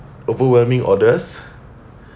overwhelming orders